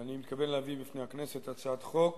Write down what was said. אני מתכוון להביא בפני הכנסת הצעת חוק